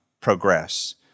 progress